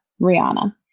Rihanna